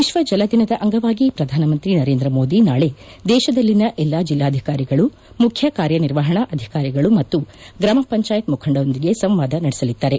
ವಿಶ್ವ ಜಲ ದಿನದ ಅಂಗವಾಗಿ ಪ್ರಧಾನಮಂತ್ರಿ ನರೇಂದ್ರ ಮೋದಿ ನಾಳೆ ದೇಶದಲ್ಲಿನ ಎಲ್ಲಾ ಜಿಲ್ಲಾಧಿಕಾರಿಗಳು ಮುಖ್ಯ ಕಾರ್ಯ ನಿರ್ವಹಣಾಧಿಕಾರಿಗಳು ಮತ್ತು ಗ್ರಾಮ ಪಂಚಾಯತ್ ಮುಖಂಡರೊಂದಿಗೆ ಸಂವಾದ ಕಾರ್ಯಕ್ರಮ ನಡೆಸಲಿದ್ದಾರೆ